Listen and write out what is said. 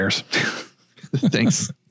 Thanks